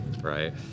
right